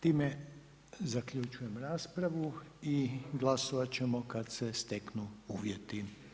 Time zaključujem raspravu i glasovat ćemo kad se steknu uvjeti.